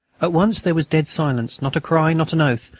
at once there was dead silence, not a cry, not an oath,